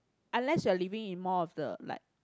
unless you're living in more of the like